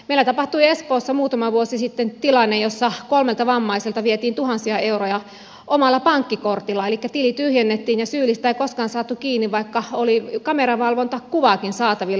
meillä tapahtui espoossa muutama vuosi sitten tilanne jossa kolmelta vammaiselta vietiin tuhansia euroja omalla pankkikortilla elikkä tili tyhjennettiin ja syyllistä ei koskaan saatu kiinni vaikka oli kameravalvontakuvaakin saatavilla